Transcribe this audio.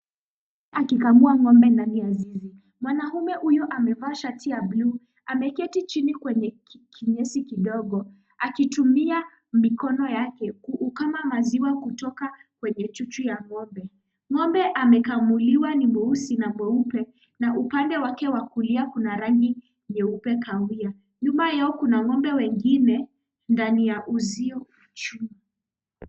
Akikamua ng'ombe ndani ya zizi. Mwanaume huyu amevaa shati ya bluu, ameketi chini kwenye kinyesi kidogo akitumia mikono yake kukama maziwa kutoka kwenye chuchu ya ng'ombe. Ng'ombe amekamuliwa ni mweusi na mweupe na upande wake wa kulia kuna rangi nyeupe-kahawia. Nyuma yao kuna ng'ombe wengine ndani ya uzio wa chuma.